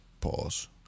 Pause